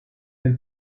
del